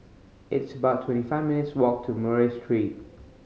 it's about twenty five minutes' walk to Murray Street